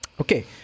Okay